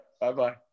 Bye-bye